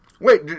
Wait